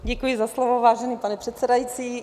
Děkuji za slovo, vážený pane předsedající.